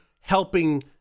helping